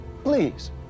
Please